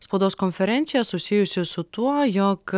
spaudos konferencija susijusi su tuo jog